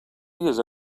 dies